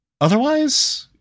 Otherwise